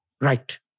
right